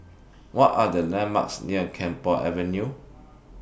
What Are The landmarks near Camphor Avenue